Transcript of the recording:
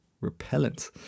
repellent